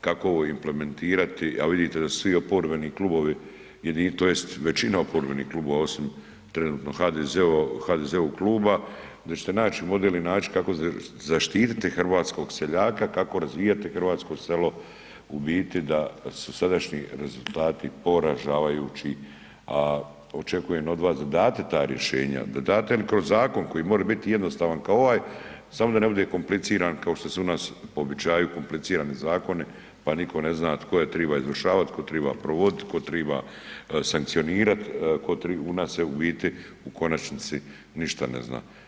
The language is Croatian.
kako ovo implementirati, a vidite da su svi oporbeni Klubovi jedinstveni, to jest većina oporbenih Klubova, osim trenutno HDZ-ovog Kluba, da ćete način model i način kako zaštiti hrvatskog seljaka, kako razvijati hrvatsko selo, u biti da su sadašnji rezultati poražavajući, a očekujem od vas da date ta rješenja, da date ili kroz Zakon koji more bit jednostavan kao ovaj, samo da ne bude kompliciran kao što se u nas po običaju komplicirani Zakoni, pa nitko ne zna tko ih triba izvršavat, tko triba provodit, tko triba sankcionirat, tko triba, u nas se u biti u konačnici ništa ne zna.